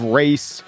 race